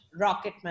Rocketman